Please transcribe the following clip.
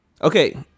Okay